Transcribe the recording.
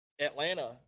Atlanta